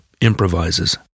improvises